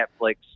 Netflix